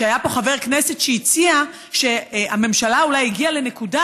היה פה חבר כנסת שהציע שהממשלה אולי הגיעה לנקודה